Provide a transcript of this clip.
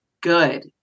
good